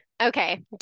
Okay